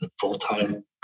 full-time